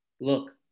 look